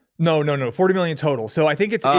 no, no, no, forty million total. so i think it's, um